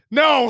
no